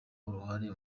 uruhare